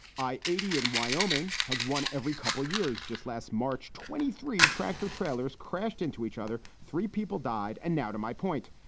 i eighty in wyoming has one every couple years. just last march, twenty three tractor trailers crashed into each other. three people died. and now to my point.